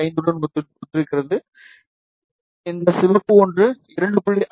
5 உடன் ஒத்திருக்கிறது இந்த சிவப்பு ஒன்று 2